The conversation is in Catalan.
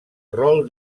rol